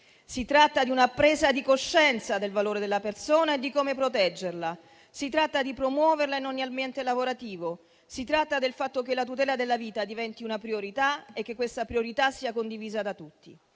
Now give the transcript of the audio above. Si tratta di una presa di coscienza del valore della persona e di come proteggerla. Si tratta di promuoverla in ogni ambiente lavorativo. Si tratta del fatto che la tutela della vita diventi una priorità e che questa priorità sia condivisa da tutti.